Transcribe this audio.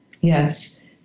Yes